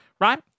Right